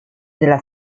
della